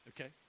okay